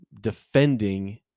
defending